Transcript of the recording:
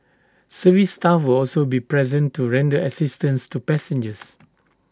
service staff will also be present to render assistance to passengers